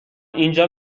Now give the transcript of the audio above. اینجا